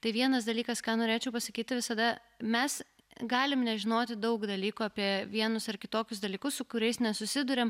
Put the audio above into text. tai vienas dalykas ką norėčiau pasakyti visada mes galim nežinoti daug dalykų apie vienus ar kitokius dalykus su kuriais nesusiduriam